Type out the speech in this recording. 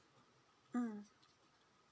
mm